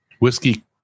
Whiskey